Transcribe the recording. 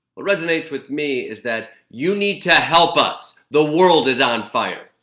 resonates with me is that you need to help us! the world is on fire!